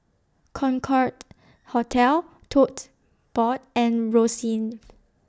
Concorde Hotel Tote Board and Rosyth